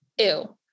ew